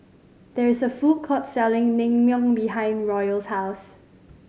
there is a food court selling Naengmyeon behind Royal's house